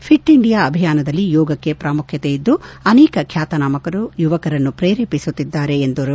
fit India ಅಭಿಯಾನದಲ್ಲಿ ಯೋಗಕ್ಷೆ ಪ್ರಾಮುಖ್ಯತೆ ಇದ್ದು ಅನೇಕ ಖ್ಯಾತನಾಮರು ಯುವಕರನ್ನು ಪ್ರೇರೇಪಿಸುತ್ತಿದ್ದಾರೆ ಎಂದರು